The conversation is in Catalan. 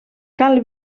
cal